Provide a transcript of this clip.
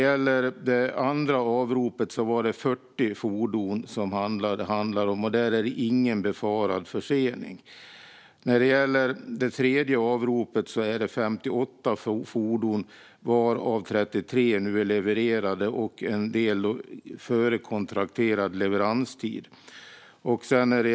I det andra avropet handlade det om 40 fordon, och där är det ingen befarad försening. I det tredje avropet är det 58 fordon, varav 33 nu är levererade - en del före kontrakterad leveranstid.